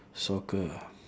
soccer